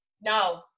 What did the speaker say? No